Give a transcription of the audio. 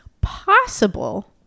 possible